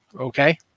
Okay